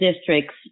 districts